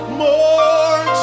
more